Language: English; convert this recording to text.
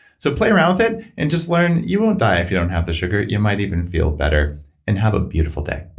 so play around with it and just learn. you won't die if you don't have the sugar. you might even feel better and have a beautiful day